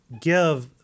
give